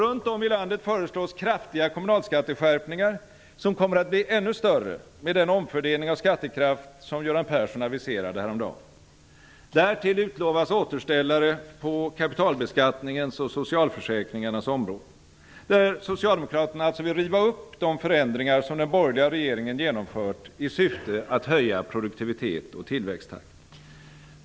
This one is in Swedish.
Runt om i landet föreslås kraftiga kommunalskatteskärpningar, som kommer att bli ännu större med den omfördelning av skattekraft som Göran Persson aviserade häromdagen. Därtill utlovas återställare på kapitalbeskattningens och socialförsäkringarnas områden, där socialdemokraterna alltså vill riva upp de förändringar som den borgerliga regeringen genomfört i syfte att höja produktivitet och tillväxttakt.